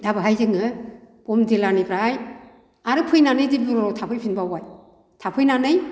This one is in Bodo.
दा बेहाय जोङो बमदिलानिफ्राय आरो फैनानै डिब्रुगड़आव थाफैफिनबावबाय थाफैनानै